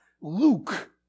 Luke